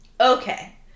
Okay